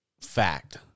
fact